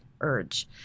urge